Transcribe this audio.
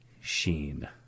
Sheen